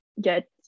get